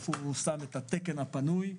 איפה שמים את התקן הפנוי.